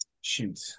shoot